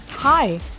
Hi